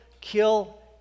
kill